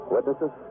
Witnesses